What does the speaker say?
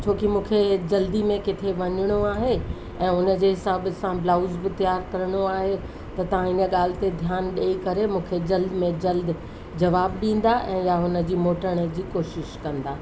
छो कि मूंखे जल्दी में किथे वञिणो आहे ऐं उन जे हिसाब सां ब्लाउज बि तयारु करिणो आहे त तव्हां इन ॻाल्हि ते ध्यानु ॾेई करे मूंखे जल्द में जल्द जवाब ॾींदा ऐं या हुन जी मोटाइण जी कोशिश कंदा